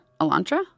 Elantra